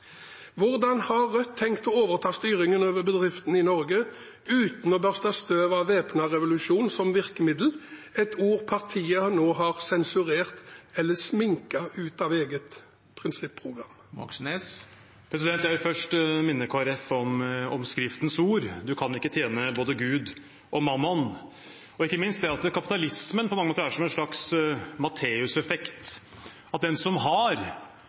Hvordan har Rødt tenkt å overta styringen over bedriftene i Norge uten å børste støv av væpnet revolusjon som virkemiddel – ord partiet nå har sensurert eller sminket ut av eget prinsipprogram? Jeg vil først minne Kristelig Folkeparti om skriftens ord: «Dere kan ikke tjene både Gud og Mammon» – og ikke minst det at kapitalismen på mange måter er som en slags Matteus-effekt, at den som har,